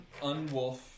Unwolf